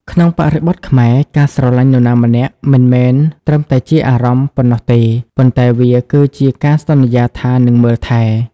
ក្នុងបរិបទខ្មែរ ការស្រឡាញ់នរណាម្នាក់មិនមែនត្រឹមតែជា "អារម្មណ៍" ប៉ុណ្ណោះទេ ប៉ុន្តែវាគឺជា "ការសន្យាថានឹងមើលថែ"។